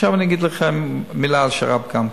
עכשיו אני אגיד לכם מלה על שר"פ, גם כן.